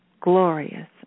glorious